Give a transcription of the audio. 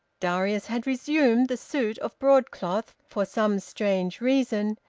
darius had resumed the suit of broadcloth, for some strange reason,